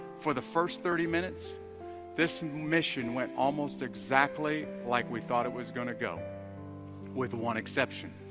for the first thirty minutes this mission went almost exactly like, we thought it was going to go with one exception